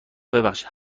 ببخشید